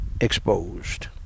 exposed